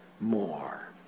more